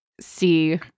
see